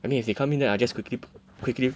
I mean if they come in then I just quickly quickly